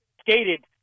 skated